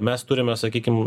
mes turime sakykim